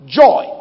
joy